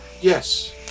Yes